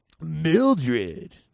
Mildred